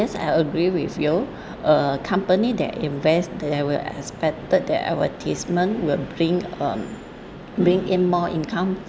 yes I agree with you uh company that invest they will expected that advertisement will bring um bring in more income